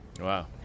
Wow